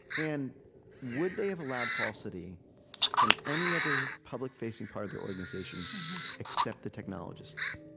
and would they have allowed falsity from any other public-facing part of their organization except the technologists?